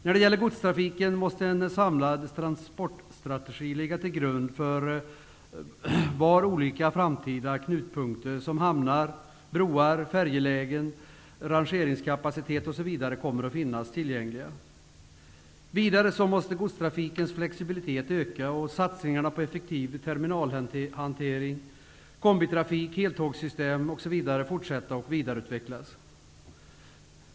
När det gäller godstrafiken måste en samlad transportstrategi ligga till grund för var olika framtida knutpunkter som hamnar, broar, färjelägen, rangeringskapacitet osv. kommer att finnas tillgängliga. Vidare måste godstrafikens flexibilitet öka och satsningar på effektiv terminalhantering, kombitrafik, heltågssystem osv. fortsätta och vidareutvecklas.